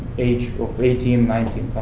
age of eighteen, nineteen,